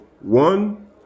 One